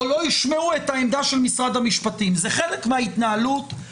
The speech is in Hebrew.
שזה הדגל שמסמל אותה.